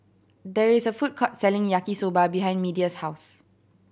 there is a food court selling Yaki Soba behind Media's house